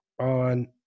on